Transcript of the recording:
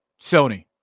Sony